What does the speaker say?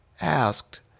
asked